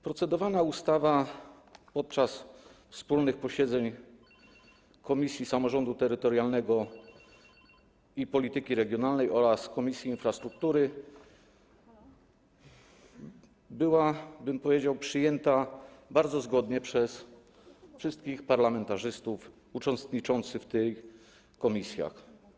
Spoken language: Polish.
Procedowana ustawa podczas wspólnych posiedzeń Komisji Samorządu Terytorialnego i Polityki Regionalnej oraz Komisji Infrastruktury była, powiedziałbym, przyjęta bardzo zgodnie przez wszystkich parlamentarzystów uczestniczących w pracach tych komisji.